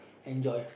enjoy